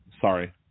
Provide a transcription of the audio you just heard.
sorry